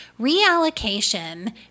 Reallocation